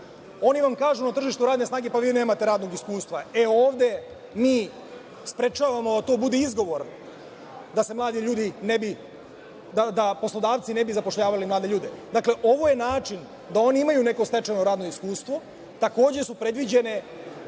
oni vam kažu, na tržištu radne snage, pa vi nemate radnog iskustva. Ovde mi sprečavamo da to bude izgovor da poslodavci ne bi zapošljavali mlade ljude. Dakle, ovo je način da oni imaju neko stečeno radno iskustvo. Takođe su predviđene